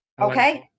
okay